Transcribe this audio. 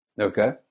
okay